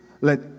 Let